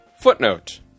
Footnote